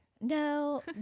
no